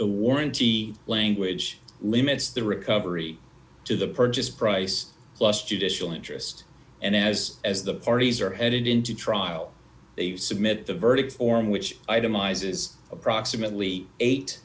the warranty language limits the recovery to the purchase price plus judicial interest and as as the parties are headed into trial they submit the verdict form which itemizes approximately eight